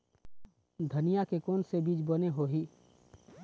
धनिया के कोन से बीज बने होही?